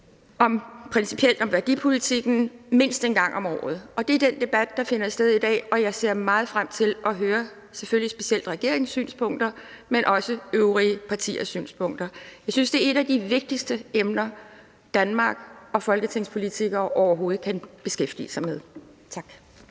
Folkeparti i øvrigt rejser mindst en gang om året. Det er den debat, der finder sted i dag, og jeg ser meget frem til at høre specielt regeringens synspunkter, selvfølgelig, men også øvrige partiers synspunkter. Jeg synes, det er et af de vigtigste emner, Danmark og folketingspolitikere overhovedet kan beskæftige sig med. Tak.